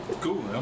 Cool